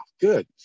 Good